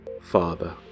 father